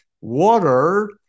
Water